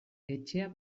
etxea